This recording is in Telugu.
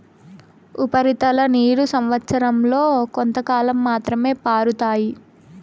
ఉపరితల నీరు సంవచ్చరం లో కొంతకాలం మాత్రమే పారుతాయి